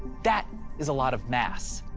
that is a lot of mass.